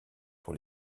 pour